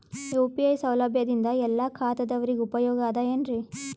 UPI ಸೌಲಭ್ಯದಿಂದ ಎಲ್ಲಾ ಖಾತಾದಾವರಿಗ ಉಪಯೋಗ ಅದ ಏನ್ರಿ?